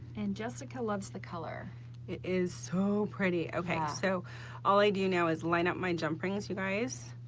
and jessica loves the color. it is so pretty. ok, so all i do now is line up my jump rings, you guys,